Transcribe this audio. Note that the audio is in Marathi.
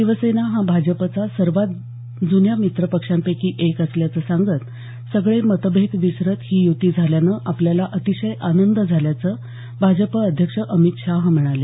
शिवसेना हा भाजपचा सर्वात ज्न्या मित्रपक्षांपैकी एक असल्याचं सांगत सगळे मतभेद विसरत ही युती झाल्यानं आपल्याला अतिशय आनंद झाल्याचं भाजप अध्यक्ष अमित शाह म्हणाले